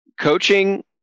coaching